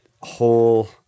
whole